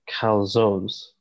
calzones